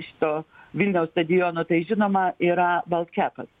šito vilniaus stadiono tai žinoma yra baltkepas